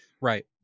Right